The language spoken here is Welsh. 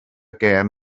gêm